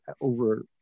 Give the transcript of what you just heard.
over